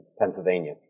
Pennsylvania